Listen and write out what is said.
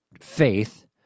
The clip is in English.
faith